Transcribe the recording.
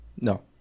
No